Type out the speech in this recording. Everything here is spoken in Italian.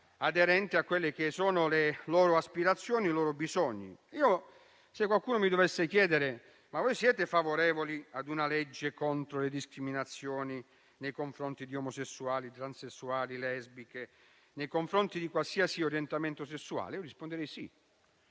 aderente alle loro aspirazioni, ai loro bisogni. Se qualcuno mi dovesse chiedere se siamo favorevoli a una legge contro le discriminazioni nei confronti di omosessuali, transessuali, lesbiche o persone di qualsiasi orientamento sessuale, risponderei di